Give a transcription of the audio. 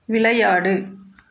விளையாடு